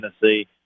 Tennessee